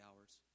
hours